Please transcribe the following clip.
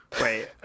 Wait